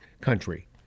country